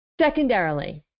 Secondarily